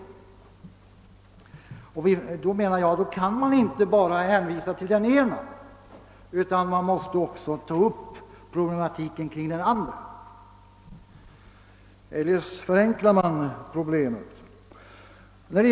Då menar jag att man inte kan hänvisa bara till den ena utan att ta upp problematiken kring den andra — eljest förenklar man problemet alltför mycket.